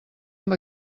amb